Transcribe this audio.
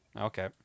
Okay